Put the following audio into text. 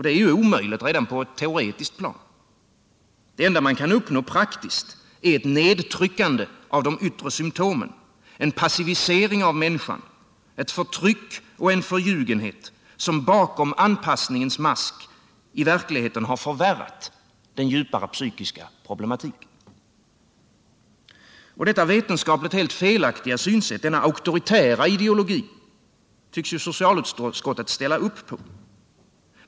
Detta är ju omöjligt redan på ett teoretiskt plan. Det enda man kan uppnå praktiskt är ett nedtryckande av de yttre symtomen, en passivisering av människan, ett förtryck och en förljugenhet, som bakom anpassningens mask i verkligheten har förvärrat den djupare psykiska problematiken. Och detta vetenskapligt helt felaktiga synsätt, denna auktoritära ideologi, tycks socialutskottet ställa upp på.